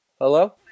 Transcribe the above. Hello